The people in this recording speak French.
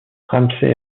ramsay